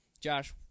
Josh